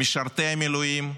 במשרתי המילואים,